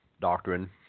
doctrine